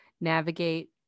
navigate